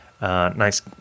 nice